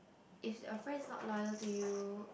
if there's a friends not lie to you